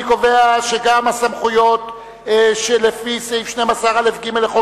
אני קובע שגם הסמכויות שלפי סעיף 12א(ג) לחוק